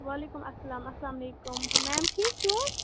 وعلیکُم السلام السلامُ علیکُم میم ٹھیک چھُو حظ